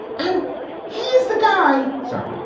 and he is the guy. sorry.